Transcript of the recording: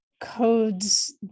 codes